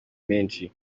menshi